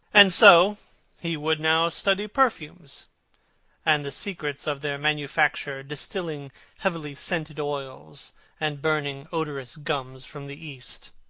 and so he would now study perfumes and the secrets of their manufacture, distilling heavily scented oils and burning odorous gums from the east.